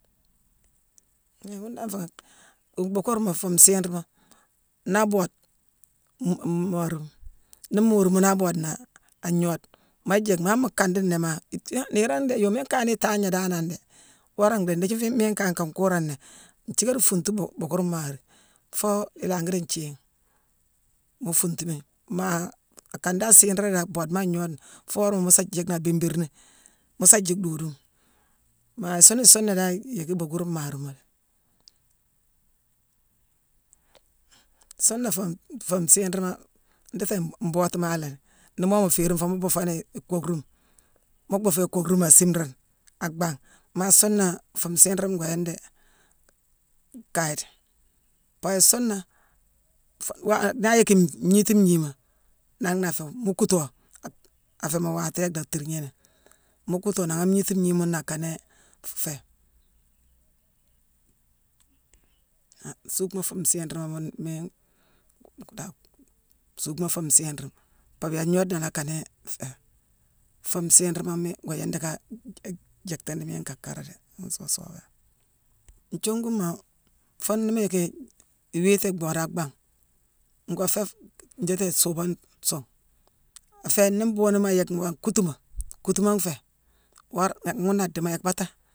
Hii ghune dan nféé nangh. Buukeurma, fuu nsiirima: naa aboode, m-maarima, nii moori muune naa aboodeni agnoode, maa jick mi. Han mu kandi nnéé maagh-nthi-niirane ndéé yooma ikaayini itaagne danane déé, wora ndéé, ndiithi miine fiine kaangh ka nkuurangh nnéé, nthiiké dii fuuntu buukeur maari foo ilangi dii nthiigh mu fuuntumi. Maa akane dan siiré déé, aboode mi an gnoodena foo worama mu sa jickni abéébiirni, mu sa jick dooduuma. Maa isuuni suune na dan iyick buukeur maarima. Suuna fuune fuu nsiirima ndiiti mbootu maa léé ghi. Nii moo mu féérine fooni, mu bhuu fooni ikookruma. Mu bhuu foo ikoockurma, asiimerane ak bangh, ma suuna fuu nsiirima ngoo yandi kaye déé. Pabia suuna-fa-wa-naa ayiick ngniiti ngniima nangh na aféé mu kuutoo, aféé muu waatéégh dhéé ak thiignani. Mu kuutoo nangha agniiti ngii muuna akanii féé. Han suuckma fuu nsiirima muune miine suuckma fuu nsiirima. Pabia an gnoodena léé akanii féé. Fuu nsiirima, miine ngoo yindi ka-n-jicktini miine ka kaaré déé ghune nféé sooba. Nthionguma fuune nii mu yicki iwiiti ibhoode ak bhangh, ngoo féé-fuu-ndiiti suubane suungh, aféé nii bhuughune ma ayickmo an kuutuma, kuutuma nféé-woré-ghuuna adiimo yicki baata